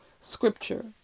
scripture